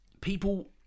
people